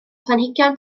planhigion